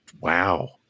Wow